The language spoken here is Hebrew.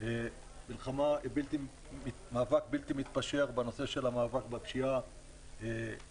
היא מאבק בלתי מתפשר בנושא של המאבק בפשיעה החקלאית,